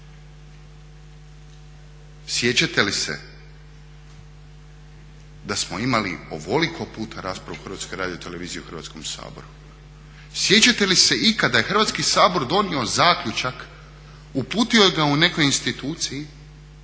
Sjećate li se da smo imali ovoliko puta raspravu o Hrvatskoj radioteleviziji u Hrvatskom saboru? Sjećate li se ikada da je Hrvatski sabor donio zaključak, uputio ga u nekoj instituciji